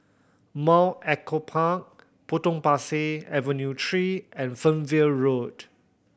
Mount Echo Park Potong Pasir Avenue Three and Fernvale Road